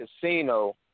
casino